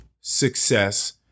success